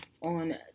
on